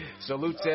Salute